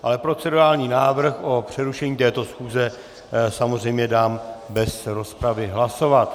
Ale procedurální návrh na přerušení této schůze samozřejmě dám bez rozpravy hlasovat.